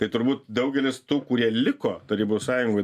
tai turbūt daugelis tų kurie liko tarybų sąjungoj